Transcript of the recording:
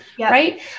right